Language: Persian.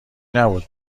نبود